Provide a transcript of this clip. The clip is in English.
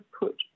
put